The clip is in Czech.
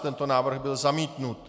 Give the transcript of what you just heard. Tento návrh byl zamítnut.